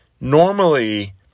normally